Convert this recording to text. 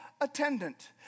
attendant